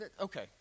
Okay